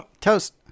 toast